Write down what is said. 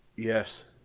yes.